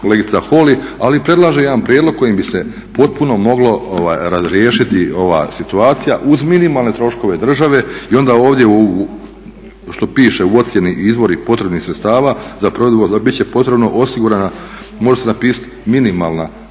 kolegica Holy, ali predlaže jedan prijedlog kojim bi se potpuno moglo razriješiti ova situacija uz minimalne troškove države i onda ovdje što piše u ocjeni izvori potrebnih sredstava bit će potrebno osigurana, može se napisati minimalna